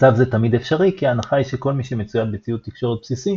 מצב זה תמיד אפשרי כי ההנחה היא שכל מי שמצויד בציוד תקשורת בסיסי